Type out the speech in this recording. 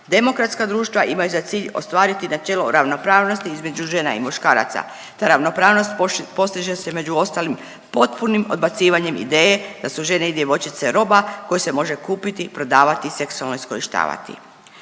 Demokratska društva imaju za cilj ostvariti načelo ravnopravnosti između žena i muškaraca, te ravnopravnost postiže se među ostalim potpunim odbacivanjem ideje da su žene i djevojčice roba koja se može kupiti, prodavati, seksualno iskorištavati.